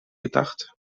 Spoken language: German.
gedacht